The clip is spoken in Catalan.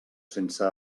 sense